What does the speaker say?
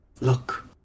look